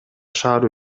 шаар